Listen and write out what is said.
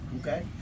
Okay